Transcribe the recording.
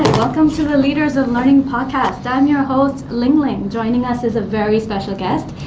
welcome to the leaders of learning podcast, i'm your host, ling ling. joining us is a very special guest,